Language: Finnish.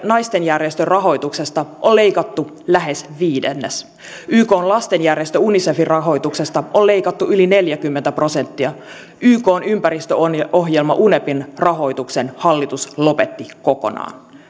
naistenjärjestön rahoituksesta on leikattu lähes viidennes ykn lastenjärjestö unicefin rahoituksesta on leikattu yli neljäkymmentä prosenttia ykn ympäristöohjelma unepin rahoituksen hallitus lopetti kokonaan